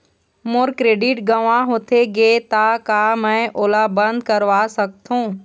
मोर credit गंवा होथे गे ता का मैं ओला बंद करवा सकथों?